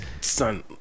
Son